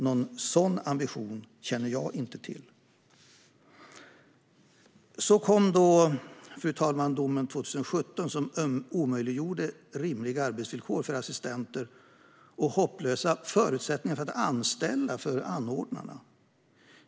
Någon sådan ambition känner jag inte till. Så kom då, fru talman, domen 2017 som omöjliggjorde rimliga arbetsvillkor för assistenter och gav anordnarna hopplösa förutsättningar för att anställa.